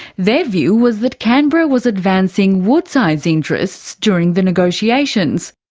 their view was that canberra was advancing woodside's interests during the negotiations.